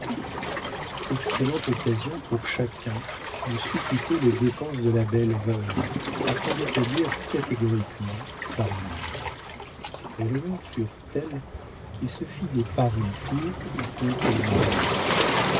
excellente occasion pour chacun de supputer les dépenses de la belle veuve afin d'établir catégoriquement sa ruine les rumeurs furent telles qu'il se fit des paris pour ou contre le mariage